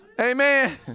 Amen